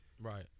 right